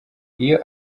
iyo